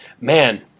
man